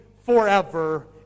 forever